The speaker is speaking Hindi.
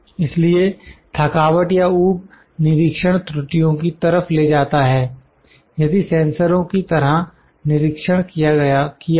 इसलिए थकावट या ऊब निरीक्षण त्रुटियों की तरफ ले जाता है यदि सेंसरो की तरह निरीक्षण किया हो